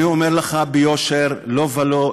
אני אומר לך ביושר, לא ולא.